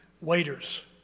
waiters